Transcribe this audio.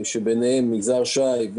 ביניהם השר יזהר שי,